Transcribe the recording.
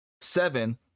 seven